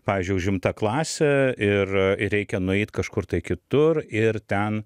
pavyzdžiui užimta klasė ir ir reikia nueit kažkur tai kitur ir ten